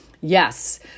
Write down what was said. Yes